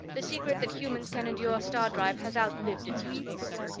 the secret that humans can endure star-drive has outlived its usefulness.